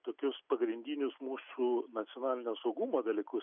tokius pagrindinius mūsų nacionalinio saugumo dalykus